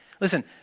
Listen